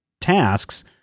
tasks